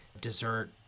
dessert